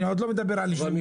אני לא מדבר על לא-מוכרים.